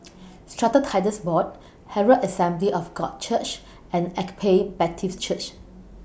Strata Titles Board Herald Assembly of God Church and Agape Baptist Church